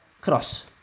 cross